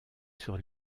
sur